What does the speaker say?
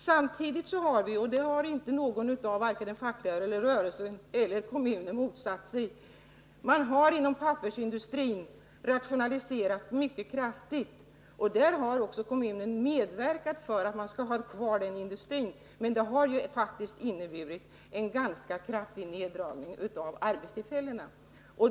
Samtidigt har man rationaliserat mycket kraftigt inom pappersindustrin, något som varken den fackliga rörelsen eller kommunen har motsatt sig, trots att det inneburit en ganska kraftig neddragning av antalet arbetstillfällen.